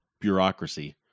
bureaucracy